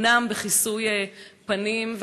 אומנם בכיסוי פנים,